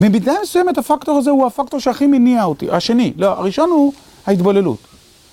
במידה מסוימת הפקטור הזה הוא הפקטור שהכי מניע אותי, השני, לא, הראשון הוא - ההתבוללות.